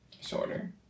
shorter